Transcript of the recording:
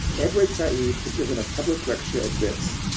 edward said he had given a public lecture at wits,